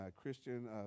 Christian